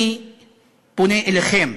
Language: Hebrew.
אני פונה אליכם,